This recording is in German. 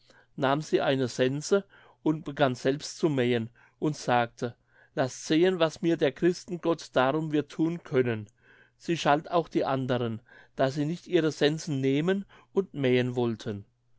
nahm sie eine sense und begann selbst zu mähen und sagte laßt sehen was mir der christen gott darum wird thun können sie schalt auch die anderen daß sie nicht ihre sensen nehmen und mähen wollten